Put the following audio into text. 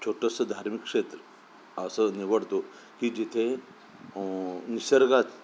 छोटंसं धार्मिक क्षेत्र असं निवडतो की जिथे निसर्गात